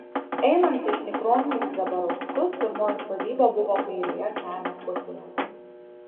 einant iš nikronių į zabarauskus pirmoji sodyba buvo kairėje kelio pusėje